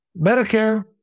Medicare